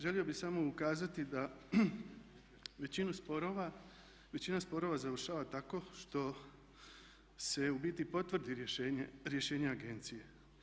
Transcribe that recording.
Želio bi samo ukazati da većinu sporova, većina sporova završava tako što se u biti potvrdi rješenje agencije.